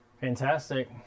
fantastic